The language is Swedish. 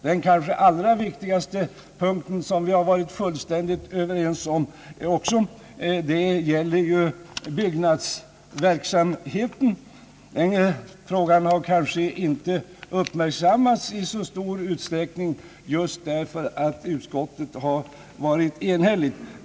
Den kanske allra viktigaste punkt som vi också varit fullständigt överens om gäller byggnadsverksamheten. Den frågan har kanske inte uppmärksammats i så stor utsträckning därför att utskottet har varit enhälligt.